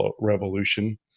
revolution